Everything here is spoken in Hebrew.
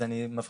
אז אני מבחין.